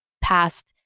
past